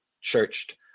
churched